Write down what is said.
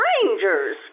strangers